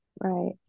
Right